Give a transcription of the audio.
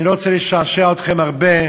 אני לא רוצה לשעשע אתכם הרבה,